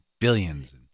billions